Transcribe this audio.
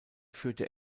führte